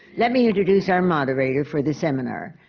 let me introduce our moderator for the seminar,